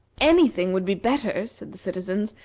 anything would be better, said the citizens,